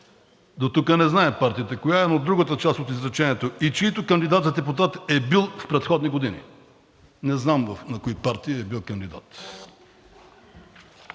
дотук не знае партията коя е, но другата част от изречението „и чийто кандидат за депутат е бил в предходни години“. Не знам на кои партии е бил кандидат.